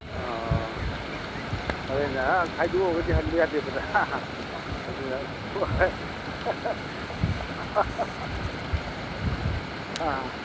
ꯑꯣ ꯍꯣꯔꯦꯟ ꯈꯥꯏꯗꯣꯛꯎꯔꯒꯗꯤ ꯍꯟꯕ ꯌꯥꯗꯦꯗꯅ ꯑꯗꯨꯅ ꯑꯥ